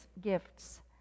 gifts